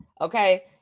okay